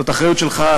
זאת אחריות שלך,